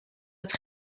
het